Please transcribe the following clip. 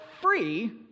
free